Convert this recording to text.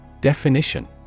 Definition